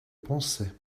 pensais